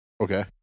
Okay